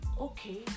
Okay